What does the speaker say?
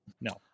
no